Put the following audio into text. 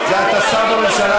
אתה שר בממשלה,